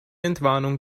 entwarnung